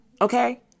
Okay